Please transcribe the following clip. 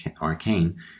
Arcane